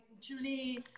Julie